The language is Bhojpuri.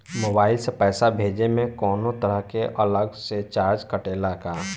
मोबाइल से पैसा भेजे मे कौनों तरह के अलग से चार्ज कटेला का?